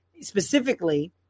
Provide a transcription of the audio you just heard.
specifically